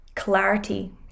clarity